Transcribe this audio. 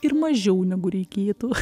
ir mažiau negu reikėtų